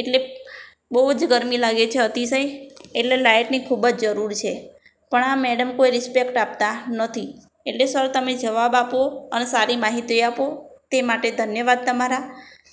એટલે બહુ જ ગરમી લાગે છે અતિશય એટલે લાઇટની ખૂબ જ જરૂર છે પણ આ મેડમ કોઈ રિસ્પેક્ટ આપતા નથી એટલે સર તમે જવાબ આપો અને સારી માહિતી આપો તે માટે ધન્યવાદ તમારા